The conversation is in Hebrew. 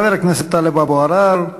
חבר הכנסת טלב אבו עראר,